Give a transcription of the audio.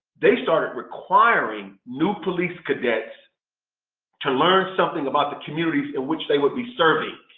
they started requiring new police cadets to learn something about the communities in which they would be serving.